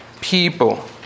people